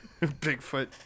Bigfoot